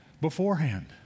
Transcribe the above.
beforehand